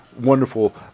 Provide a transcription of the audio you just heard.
wonderful